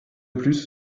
plus